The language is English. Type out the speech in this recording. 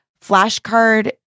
flashcard